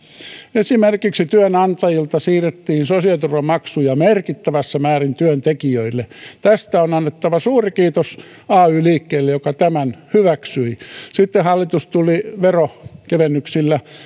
esimerkiksi työnantajilta siirrettiin sosiaaliturvamaksuja merkittävässä määrin työntekijöille tästä on annettava suuri kiitos ay liikkeelle joka tämän hyväksyi sitten hallitus tuli veronkevennyksillä